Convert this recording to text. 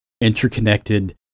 interconnected